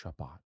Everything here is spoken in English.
Shabbat